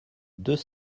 deux